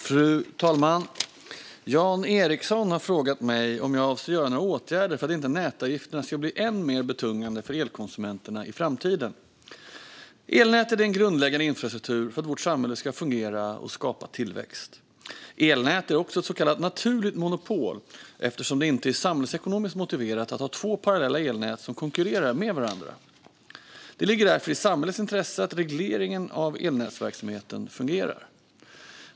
Fru talman! Jan Ericson har frågat mig vad jag avser att göra för att inte nätavgifterna ska bli ännu mer betungande för elkonsumenterna i framtiden. Elnät är en grundläggande infrastruktur för att vårt samhälle ska fungera och skapa tillväxt. Elnät är också ett så kallat naturligt monopol eftersom det inte är samhällsekonomiskt motiverat att ha två parallella elnät som konkurrerar med varandra. Det ligger därför i samhällets intresse att regleringen av elnätsverksamheten fungerar.